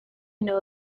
know